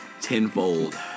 Tenfold